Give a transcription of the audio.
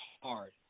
hard